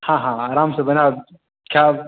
हँ हँ आरामसँ बनाएब खाएब